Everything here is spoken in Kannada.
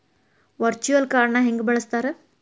ವರ್ಚುಯಲ್ ಕಾರ್ಡ್ನ ಹೆಂಗ ಬಳಸ್ತಾರ?